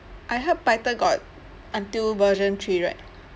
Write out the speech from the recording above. I heard python got until version three right